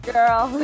Girl